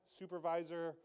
supervisor